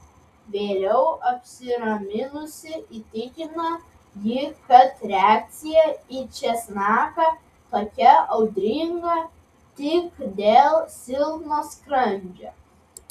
vėliau apsiraminusi įtikino jį kad reakcija į česnaką tokia audringa tik dėl silpno skrandžio